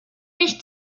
mich